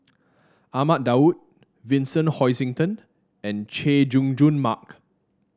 Ahmad Daud Vincent Hoisington and Chay Jung Jun Mark